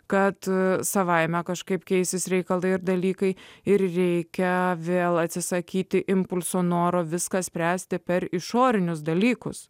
kad savaime kažkaip keisis reikalai ir dalykai ir reikia vėl atsisakyti impulso noro viską spręsti per išorinius dalykus